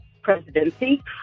presidency